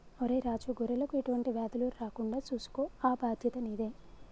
ఒరై రాజు గొర్రెలకు ఎటువంటి వ్యాధులు రాకుండా సూసుకో ఆ బాధ్యత నీదే